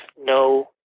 no